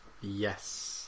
Yes